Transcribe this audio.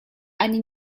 ani